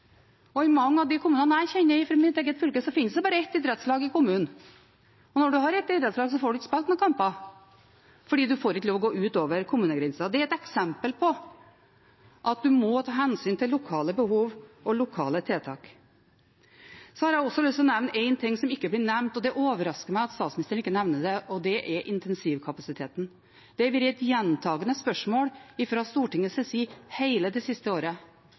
Og i mange av de kommunene jeg kjenner fra mitt eget fylke, finnes det bare ett idrettslag. Og når du har ett idrettslag, får du ikke spilt noen kamper, fordi du ikke får lov til å gå over kommunegrensen. Det er et eksempel på at man må ta hensyn til lokale behov og lokale tiltak. Så har jeg også lyst til å nevne en ting som ikke blir nevnt, og det overrasker meg at statsministeren ikke nevner det, og det er intensivkapasiteten. Det har vært et gjentagende spørsmål fra Stortingets side hele det siste året.